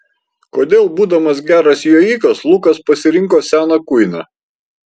kodėl būdamas geras jojikas lukas pasirinko seną kuiną